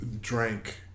drank